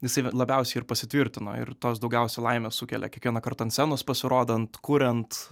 jisai vat labiausiai ir pasitvirtino ir tos daugiausiai laimės sukelia kiekvienąkart ant scenos pasirodant kuriant